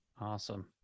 awesome